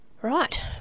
Right